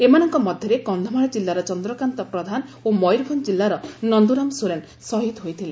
ଏମାନଙ୍କ ମଧ୍ଧରେ କକ୍ଷମାଳ ଜିଲ୍ଲାର ଚନ୍ଦ୍ରକାନ୍ତ ପ୍ରଧାନ ଓ ମୟରଭଞ୍ ଜିଲ୍ଲାର ନନ୍ଦୁରାମ ସୋରେନ୍ ଶହୀଦ ହୋଇଥିଲେ